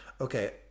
Okay